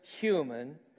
human